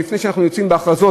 ולפני שאנחנו יוצאים בהכרזות,